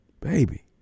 Baby